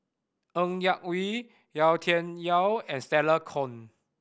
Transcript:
Ng Yak Whee Yau Tian Yau and Stella Kon